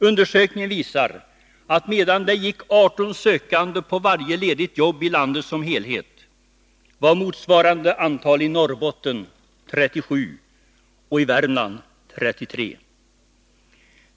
Undersökningen visar, att medan det gick 18 sökande på varje ledigt jobb i landet som helhet, var motsvarande antal i Norrbotten 37 och i Värmland 33.